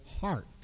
heart